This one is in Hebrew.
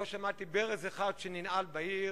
לא שמעתי על ברז אחד שננעל בעיר,